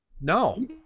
No